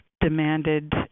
demanded